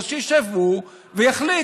אז שישב הוא ויחליט.